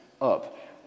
up